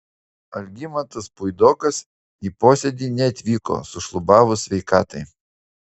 algimantas puidokas į posėdį neatvyko sušlubavus sveikatai